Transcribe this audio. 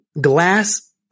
glass